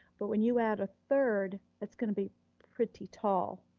but when you add a third, it's gonna be pretty tall,